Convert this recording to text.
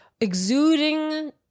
exuding